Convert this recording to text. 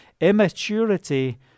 immaturity